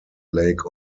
lake